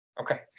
Okay